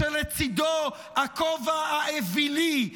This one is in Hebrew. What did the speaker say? כשלצידו הכובע האווילי,